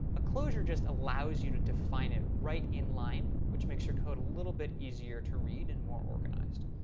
a closure just allows you to define it right in line, which makes your code a little bit easier to read and more organized.